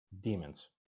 demons